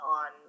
on